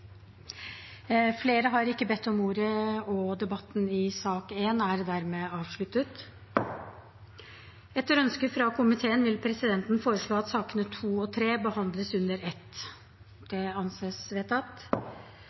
Flere har ikke bedt om ordet til sak nr. 1. Etter ønske fra familie- og kulturkomiteen vil presidenten foreslå at sakene nr. 2 og 3 behandles under ett. – Det anses vedtatt.